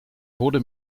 wurde